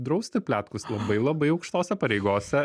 drausti pletkus labai labai aukštose pareigose